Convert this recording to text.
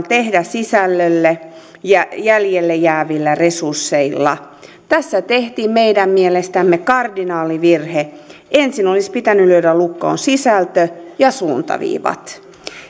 tehdä sisällölle jäljelle jäävillä resursseilla tässä tehtiin meidän mielestämme kardinaalivirhe ensin olisi pitänyt lyödä lukkoon sisältö ja suuntaviivat